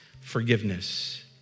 forgiveness